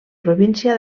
província